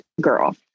girl